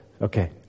Okay